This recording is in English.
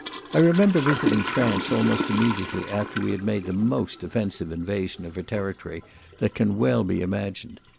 i remember visiting france almost immediately after we had made the most offensive invasion of her territory that can well be imagined,